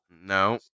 No